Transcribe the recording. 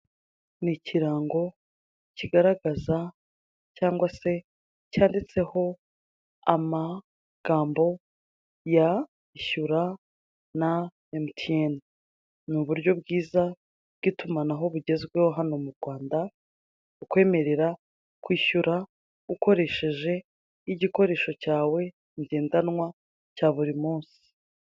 Ni ikirango kigaragaza cyangwa se cyanditseho amagambo ya ishyura na MTN, ni uburyo bwiza bw'itumanaho bugezweho hano mu Rwanda, bukwemerera kwishyura ukoresheje igikoresho cyawe ngendanwa cyawe cya buri munsi.